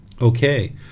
okay